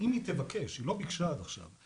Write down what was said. היא לא ביקשה עד עכשיו,